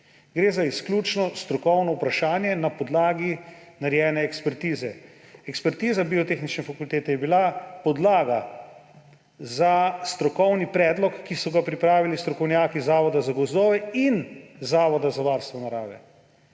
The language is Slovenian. Gre za izključno strokovno vprašanje na podlagi narejene ekspertize. Ekspertiza Biotehnične fakultete je bila podlaga za strokovni predlog, ki so ga pripravili strokovnjaki Zavoda za gozdove in Zavoda za varstvo narave.